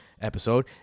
episode